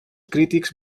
crítics